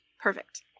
perfect